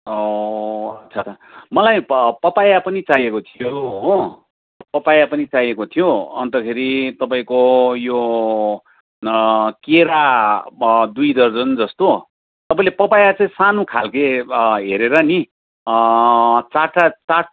अच्छा मलाई प पपाया पनि चाहिएको थियो हो पपाया पनि चाहिएको थियो अन्तखेरि तपाईँको यो केरा दुई दर्जन जस्तो तपाईँले पपाया चाहिँ सानो खालके हेरेर नि चारवटा चारवटा